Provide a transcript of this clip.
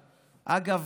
אגב,